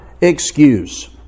excuse